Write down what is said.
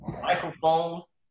microphones